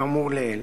כאמור לעיל.